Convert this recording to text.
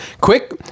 quick